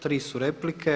Tri su replike.